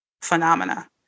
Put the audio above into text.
phenomena